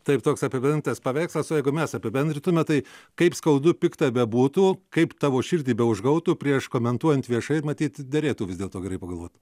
taip toks apibendrintas paveikslas o jeigu mes apibendrintume tai kaip skaudu pikta bebūtų kaip tavo širdį be užgautų prieš komentuojant viešai matyt derėtų vis dėlto gerai pagalvot